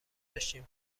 داشتیم